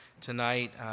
Tonight